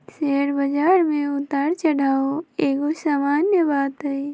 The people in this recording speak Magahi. शेयर बजार में उतार चढ़ाओ एगो सामान्य बात हइ